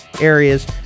areas